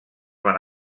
van